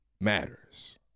matters